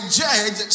judge